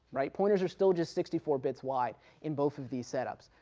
right. pointer's are still just sixty four bits wide in both of these setups.